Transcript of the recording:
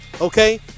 okay